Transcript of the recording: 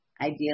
ideally